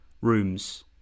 rooms